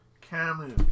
Camus